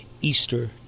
Easter